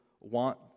want